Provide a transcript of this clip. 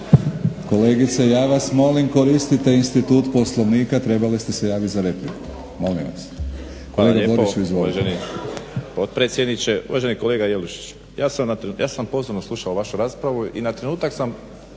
Kolegice ja vas molim koristite institut Poslovnika, trebali ste se javiti za repliku. Molim vas. **Borić, Josip